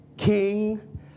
king